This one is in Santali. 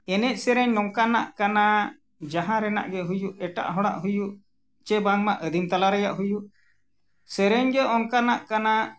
ᱮᱱᱮᱡ ᱥᱮᱨᱮᱧ ᱱᱚᱝᱠᱟᱱᱟᱜ ᱠᱟᱱᱟ ᱡᱟᱦᱟᱸ ᱨᱮᱱᱟᱜ ᱜᱮ ᱦᱩᱭᱩᱜ ᱮᱴᱟᱜ ᱦᱚᱲᱟᱜ ᱦᱩᱭᱩᱜ ᱥᱮ ᱵᱟᱝᱢᱟ ᱟᱹᱫᱤᱢ ᱛᱟᱞᱟ ᱨᱮᱱᱟᱜ ᱦᱩᱭᱩᱜ ᱥᱮᱨᱮᱧ ᱜᱮ ᱚᱱᱠᱟᱱᱟᱜ ᱠᱟᱱᱟ